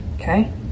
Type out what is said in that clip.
Okay